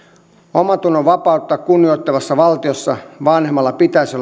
omantunnon vapautta kunnioittavassa valtiossa vanhemmalla pitäisi olla